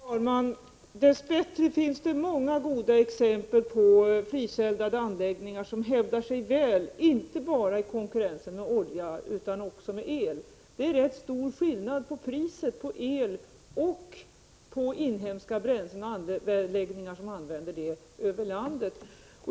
Fru talman! Dess bättre finns det många goda exempel på fliseldade anläggningar som hävdar sig väl i konkurrensen inte bara med olja utan också med el. Det är rätt stor skillnad mellan priset på el och priset på de inhemska bränslen som används i anläggningar ute i landet.